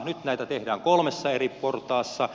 nyt näitä tehdään kolmessa eri portaassa